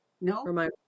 No